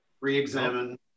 re-examine